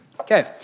Okay